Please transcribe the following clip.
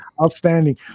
Outstanding